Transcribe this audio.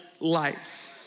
life